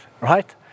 right